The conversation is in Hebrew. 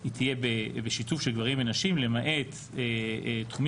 היא תהיה בשיתוף של גברים ונשים למעט תחומים